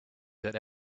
that